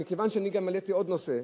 מכיוון שאני גם העליתי עוד נושא,